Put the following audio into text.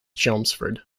chelmsford